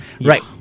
right